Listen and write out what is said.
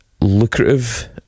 lucrative